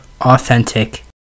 authentic